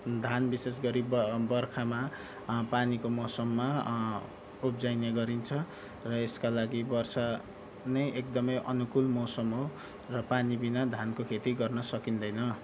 धान विशेष गरी ब बर्खामा पानीको मौसममा उब्जाइने गरिन्छ र यसका लागि वर्षा नै एकदमै अनुकूल मौसम हो र पानीबिनाको धानको खेती गर्न सकिँदैन